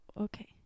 Okay